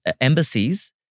embassies